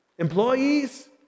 Employees